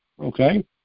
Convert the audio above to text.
okay